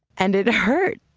and it hurt.